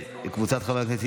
וקבוצת חברי הכנסת,